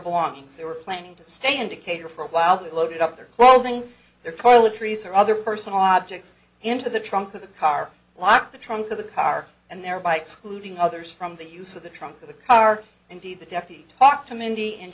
belongings they were planning to stay in decatur for a while they loaded up their clothing their toiletries or other personal objects into the trunk of the car lock the trunk of the car and thereby excluding others from the use of the trunk of the car indeed the deputy talked to mindy and